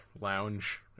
lounge